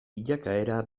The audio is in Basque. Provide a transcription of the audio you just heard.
bilakaera